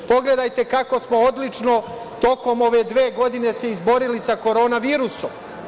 Pogledajte kako smo odlično tokom ove dve godine se izborili sa korona virusom.